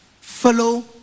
Follow